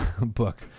book